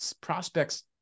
prospects